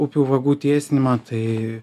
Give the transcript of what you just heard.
upių vagų tiesinimą tai